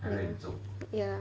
ya